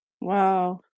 Wow